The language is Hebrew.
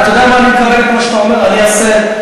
אני אעשה,